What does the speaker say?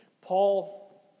Paul